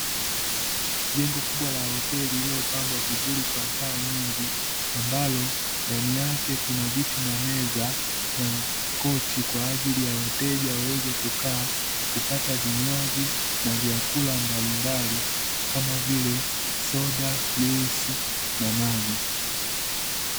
Jengo kubwa la hoteli lililopambwa vizuri kwa taa nyingi, ambalo ndani yake kuna viti na meza na kochi kwa ajili ya wateja waweze kukaa, kupata vinywaji na vyakula mbalimbali kama vile soda, juisi na maji.